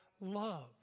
love